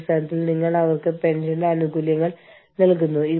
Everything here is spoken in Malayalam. അതിനാൽ നിങ്ങൾ അതിനെ ന്യായീകരിക്കേണ്ടതുണ്ട്